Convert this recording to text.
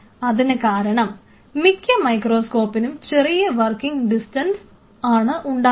അതിനു കാരണം മിക്ക മൈക്രോസ്കോപ്പിനും ചെറിയ വർക്കിംഗ് ഡിസ്റ്റൻസ് ആണ് ഉണ്ടാവുക